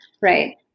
right